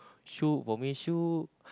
show for me show